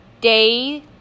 Day